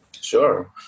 Sure